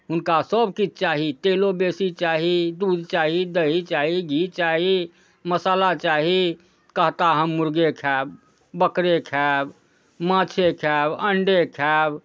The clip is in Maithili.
हुनका सब किछु चाही तेलो बेसी चाही दूध चाही दही चाही घी चाही मसल्ला चाही कहता हम मुर्गे खायब बकरे खायब माछे खायब अण्डे खायब